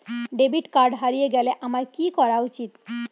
Debit card হারিয়ে গেলে আমার কি করা উচিৎ?